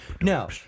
No